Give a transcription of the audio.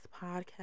podcast